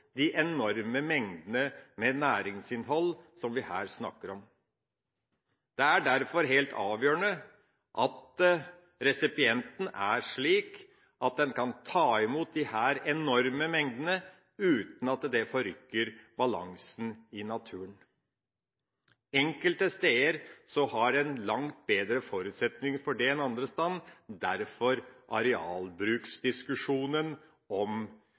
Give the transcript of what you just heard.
de enorme mengdene med næringsinnhold som vi her snakker om. Det er derfor helt avgjørende at resipienten er slik at den kan ta imot disse enorme mengdene uten at det forrykker balansen i naturen. Enkelte steder har en langt bedre forutsetninger for det enn andre steder. Derfor har vi arealbruksdiskusjonen om